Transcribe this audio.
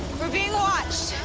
we're being watched.